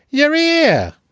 yeah. yeah.